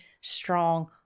strong